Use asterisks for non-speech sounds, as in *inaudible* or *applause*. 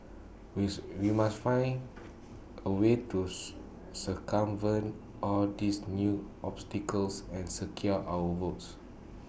*unintelligible* we must finding A way to *unintelligible* circumvent all these new obstacles and secure our votes